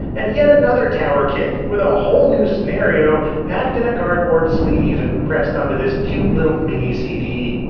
and yet another towerkit with a whole new scenario, packed in a cardboard sleeve and pressed onto this cute little mini cd.